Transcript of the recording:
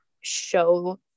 show